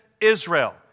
Israel